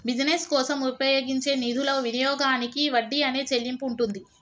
business కోసం ఉపయోగించే నిధుల వినియోగానికి వడ్డీ అనే చెల్లింపు ఉంటుంది